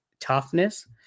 toughness